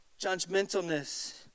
judgmentalness